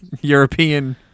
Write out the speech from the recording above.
European